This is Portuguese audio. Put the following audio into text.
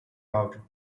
áudio